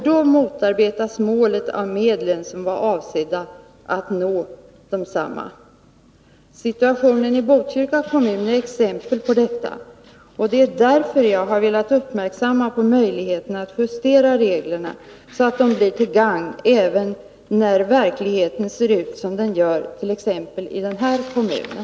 Då motarbetas nämligen målet av de medel som var avsedda för att nå detsamma. Situationen i Botkyrka kommun är ett exempel härpå. Därför har jag velat fästa uppmärksamheten på möjligheterna att justera reglerna, så att de blir till gagn även då verkligheten ser ut som den gör i t.ex. den ifrågavarande kommunen.